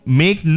make